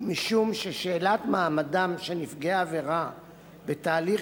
משום ששאלת מעמדם של נפגעי העבירה בתהליך